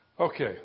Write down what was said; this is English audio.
Okay